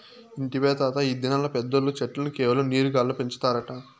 ఇంటివా తాతా, ఈ దినాల్ల పెద్దోల్లు చెట్లను కేవలం నీరు గాల్ల పెంచుతారట